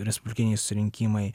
respublikiniai susirinkimai